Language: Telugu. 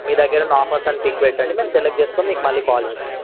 మీ దగ్గర ఉన్న ఆఫర్స్ అన్నీ పిక్ పెట్టండి మేము సెలెక్ట్ చేసుకొని మీకు మళ్ళీ కాల్ చేస్తాము